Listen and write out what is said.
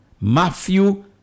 Matthew